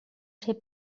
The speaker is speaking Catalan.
ser